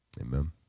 Amen